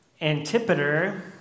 Antipater